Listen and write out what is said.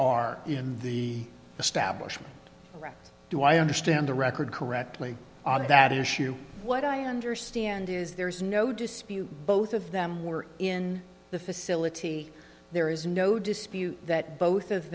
establishment do i understand the record correctly on that issue what i understand is there is no dispute both of them were in the facility there is no dispute that both of